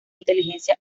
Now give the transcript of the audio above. inteligencia